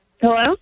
Hello